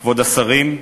כבוד השרים,